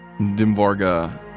Dimvarga